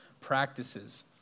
practices